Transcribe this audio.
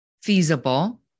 feasible